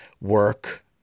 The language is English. work